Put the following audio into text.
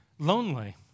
Lonely